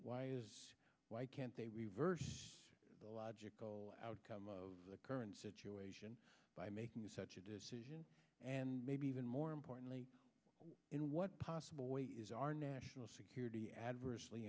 agreement why can't they reverse the logical outcome of the current situation by making such a decision and maybe even more importantly in what possible way is our national security adversely